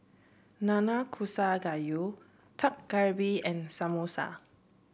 Nanakusa Gayu Dak Galbi and Samosa